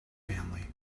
family